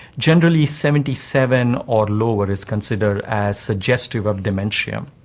generally seventy seven or lower is considered as suggestive of dementia.